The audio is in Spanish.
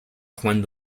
juan